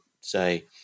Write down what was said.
say